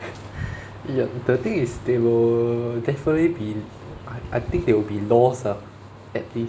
ya the thing is they will definitely be I I think they'll be lost ah at least